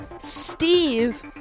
Steve